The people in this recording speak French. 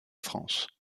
france